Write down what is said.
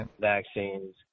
vaccines